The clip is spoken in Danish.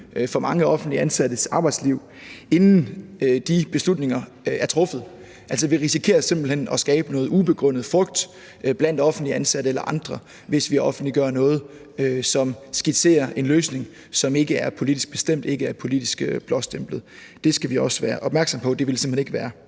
for mange offentligt ansattes arbejdsliv, inden de beslutninger er truffet. Vi risikerer simpelt hen at skabe noget ubegrundet frygt blandt offentligt ansatte eller andre, hvis vi offentliggør noget, som skitserer en løsning, som ikke er politisk bestemt eller politisk blåstemplet. Det skal vi også være opmærksomme på. Det ville simpelt hen